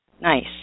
Nice